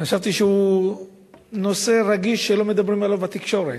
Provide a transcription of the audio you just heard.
חשבתי שהוא נושא רגיש, שלא מדברים עליו בתקשורת.